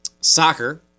soccer